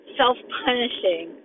self-punishing